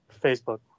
facebook